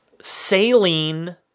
Saline